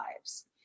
lives